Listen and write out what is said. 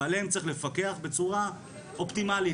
ועליהם צריך לפקח בצורה אופטימלית.